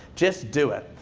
just do it.